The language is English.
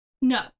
No